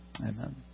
Amen